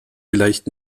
vielleicht